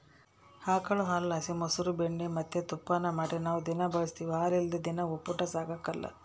ಆಕುಳು ಹಾಲುಲಾಸಿ ಮೊಸ್ರು ಬೆಣ್ಣೆ ಮತ್ತೆ ತುಪ್ಪಾನ ಮಾಡಿ ನಾವು ದಿನಾ ಬಳುಸ್ತೀವಿ ಹಾಲಿಲ್ಲುದ್ ದಿನ ಒಪ್ಪುಟ ಸಾಗಕಲ್ಲ